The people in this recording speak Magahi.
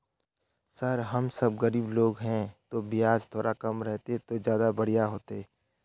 सर हम सब गरीब लोग है तो बियाज थोड़ा कम रहते तो ज्यदा बढ़िया होते